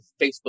Facebook